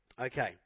Okay